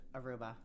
Aruba